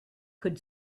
could